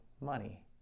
money